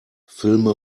filme